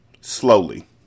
Slowly